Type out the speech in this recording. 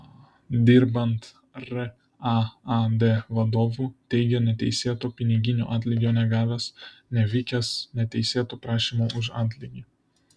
dirbant raad vadovu teigė neteisėto piniginio atlygio negavęs nevykęs neteisėtų prašymų už atlygį